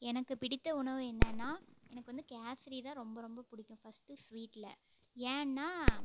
எனக்கு பிடித்த உணவு என்னென்னால் எனக்கு வந்து கேசரி தான் ரொம்ப ரொம்ப பிடிக்கும் ஃபஸ்ட்டு ஸ்வீட்டில் ஏன்னால்